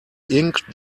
ink